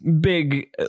Big